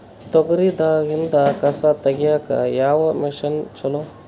ತೊಗರಿ ದಾಗಿಂದ ಕಸಾ ತಗಿಯಕ ಯಾವ ಮಷಿನ್ ಚಲೋ?